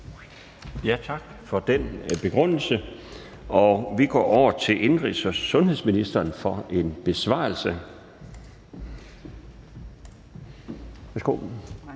Tak for den begrundelse. Vi går over til indenrigs- og sundhedsministeren for en besvarelse.